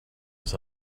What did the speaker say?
was